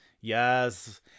Yes